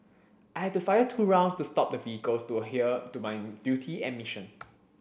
I had to fire two rounds to stop the vehicles to adhere to my duty and mission